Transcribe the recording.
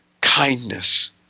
kindness